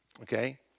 Okay